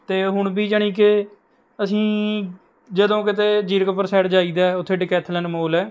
ਅਤੇ ਹੁਣ ਵੀ ਜਾਣੀ ਕਿ ਅਸੀਂ ਜਦੋਂ ਕਿਤੇ ਜ਼ਿਰਕਪੁਰ ਸਾਇਡ ਜਾਈ ਦਾ ਉੱਥੇ ਡੀਕੈਥਲਨ ਮੌਲ ਹੈ